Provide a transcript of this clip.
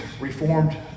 Reformed